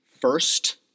first